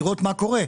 עם לראות מה קורה.